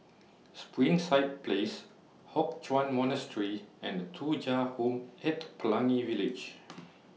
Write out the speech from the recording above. Springside Place Hock Chuan Monastery and Thuja Home At Pelangi Village